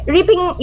Ripping